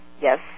Yes